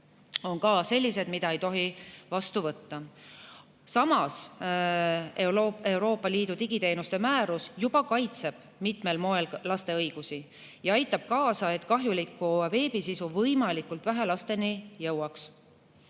on sellised, mida ei tohi vastu võtta. Samas, Euroopa Liidu digiteenuste määrus juba kaitseb mitmel moel laste õigusi ja aitab kaasa, et kahjulik veebisisu võimalikult vähe lasteni jõuaks.